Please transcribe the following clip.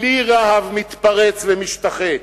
בלי רהב מתפרץ ומשתחץ,